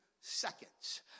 seconds